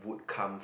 would come from